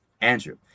Andrew